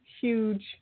huge